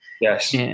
Yes